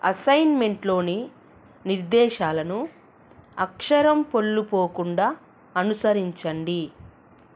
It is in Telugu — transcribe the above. అసైన్మెంట్లోని నిర్దేశాలను అక్షరం పొల్లు పోకుండా అనుసరించండి